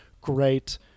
great